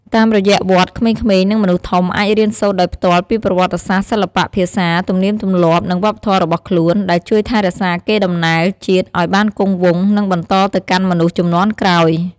តាមរយៈវត្ត ក្មេងៗ និងមនុស្សធំអាចរៀនសូត្រដោយផ្ទាល់ពីប្រវត្តិសាស្ត្រ សិល្បៈ ភាសា ទំនៀមទម្លាប់ និងវប្បធម៌របស់ខ្លួន ដែលជួយថែរក្សាកេរ្តិ៍ដំណែលជាតិឲ្យបានគង់វង្ស និងបន្តទៅកាន់មនុស្សជំនាន់ក្រោយ។